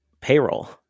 payroll